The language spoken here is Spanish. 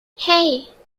hey